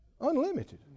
Unlimited